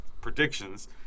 predictions